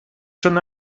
schon